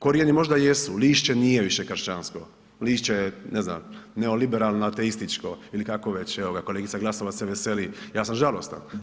Korijeni možda jesu, lišće nije više kršćansko, lišće je ne znam, neoliberalno ateističko ili kako već, evo ga, kolegica Glasovac se veseli, ja sam žalostan.